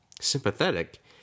sympathetic